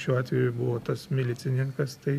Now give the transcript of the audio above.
šiuo atveju buvo tas milicininkas tai